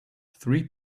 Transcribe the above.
three